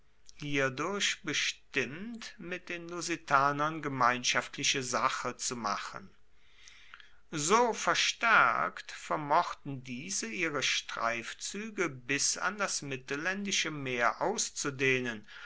hierdurch bestimmt mit den lusitanern gemeinschaftliche sache zu machen so verstärkt vermochten diese ihre streifzüge bis an das mittelländische meer auszudehnen